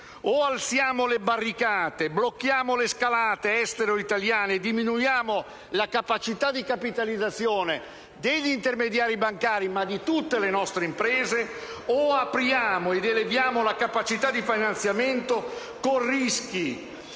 o alziamo le barricate, blocchiamo le scalate, estere o italiane, e diminuiamo la capacità di capitalizzazione degli intermediari bancari - ma di tutte le nostre imprese - o apriamo ed eleviamo la capacità di finanziamento con rischi